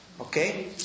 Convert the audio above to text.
Okay